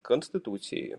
конституцією